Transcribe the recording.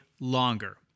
longer